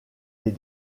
les